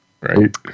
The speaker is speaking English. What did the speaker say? Right